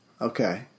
okay